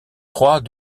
trois